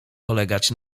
polegać